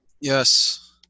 Yes